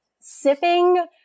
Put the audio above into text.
sipping